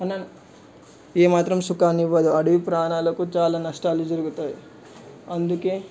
అన్న ఏమాత్రం సుఖాన్నివ్వదు అడవి ప్రాణాలకు చాలా నష్టాలు జరుగుతాయి అందుకే